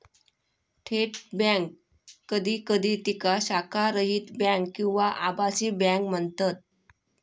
थेट बँक कधी कधी तिका शाखारहित बँक किंवा आभासी बँक म्हणतत